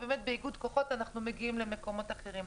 ובאיגוד כוחות אנחנו מגיעים למקומות אחרים.